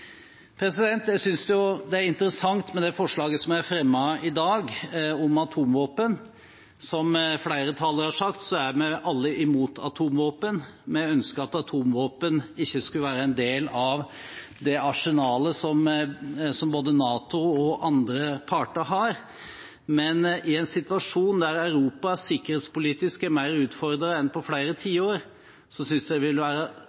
Jeg synes det er interessant med det representantforslaget som er fremmet i dag, om atomvåpen. Som flere talere har sagt, er vi alle mot atomvåpen. Vi ønsker at atomvåpen ikke skulle være en del av det arsenalet som både NATO og andre parter har. Men i en situasjon der Europa sikkerhetspolitisk er mer utfordret enn på flere tiår, synes jeg det ville være